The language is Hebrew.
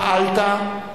פעלת,